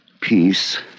peace